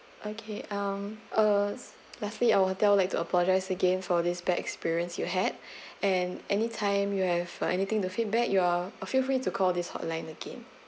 okay um uh lastly our hotel like to apologize again for this bad experience you had and anytime you have or anything the feedback you are uh feel free to call this hotline again